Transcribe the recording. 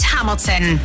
Hamilton